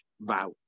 vow